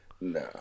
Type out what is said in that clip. no